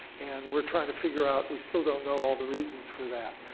and we're trying to figure out, we still don't know all the reasons for that.